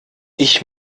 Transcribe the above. ich